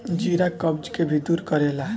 जीरा कब्ज के भी दूर करेला